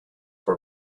were